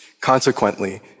Consequently